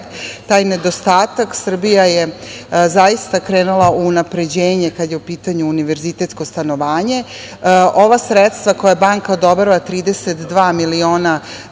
taj nedostatak Srbija je zaista krenula u unapređenje kada je u pitanju univerzitetsko stanovanje. Ova sredstva koja banka odobrava 32 miliona evra,